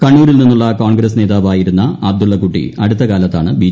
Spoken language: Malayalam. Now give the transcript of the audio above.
കണ്ണൂരിൽ നിന്നൂള്ള കോൺഗ്രസ് നേതാവായിരുന്ന അബ്ദുള്ളകുട്ടി അടുത്ത കാലത്താണ് ബി